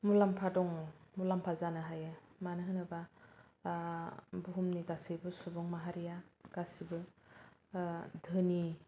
मुलाम्फा दङ मुलाम्फा जानो हायो मानो होनोबा बुहुमनि गासैबो सुबुं माहारिआ गासैबो धोनि